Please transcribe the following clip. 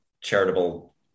charitable